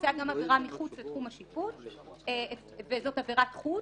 שמבצע עבירה מחוץ לתחום השיפוט וזאת עבירת חוץ,